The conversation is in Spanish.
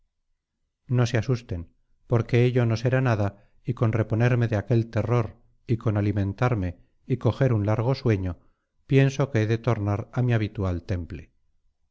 no se asusten porque ello no será nada y con reponerme de aquel terror y con alimentarme y coger un largo sueño pienso que he de tornar a mi habitual temple